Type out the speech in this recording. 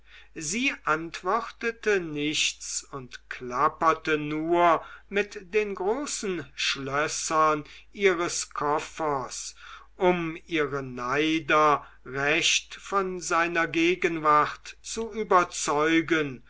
sie antwortete nichts und klapperte nur mit den großen schlössern ihres koffers um ihre neider recht von seiner gegenwart zu überzeugen